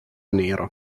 nero